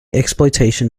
exploitation